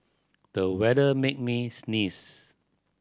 the weather made me sneeze